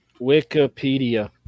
Wikipedia